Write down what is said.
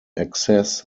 access